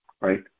right